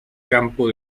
campo